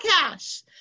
cash